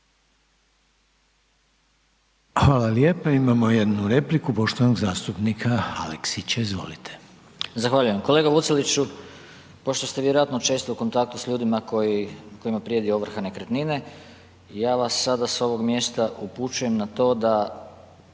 Hvala lijepa. Imamo jednu repliku poštovanog zastupnika Aleksića, izvolite. **Aleksić, Goran (SNAGA)** Zahvaljujem. Kolega Vuceliću, pošto ste vjerojatno često u kontaktu s ljudima kojima prijeti ovrha nekretnine, ja vas sada s ovog mjesta upućujem na to da